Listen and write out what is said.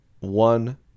One